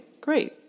great